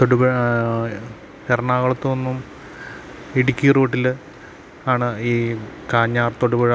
തൊടുപുഴ എറണാകുളത്തുനിന്നും ഇടുക്കി റൂട്ടില് ആണ് ഈ കാഞ്ഞാർ തൊടുപുഴ